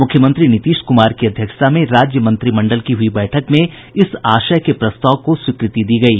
मुख्यमंत्री नीतीश कुमार की अध्यक्षता में राज्य मंत्रिमंडल की हुई बैठक में इस आशय के प्रस्ताव को स्वीकृति दी गयी